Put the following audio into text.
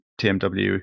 TMW